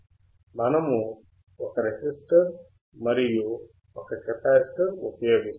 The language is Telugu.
మనము ఒక రెసిస్టర్ మరియు ఒక కెపాసిటర్ ఉపయోగిస్తున్నాము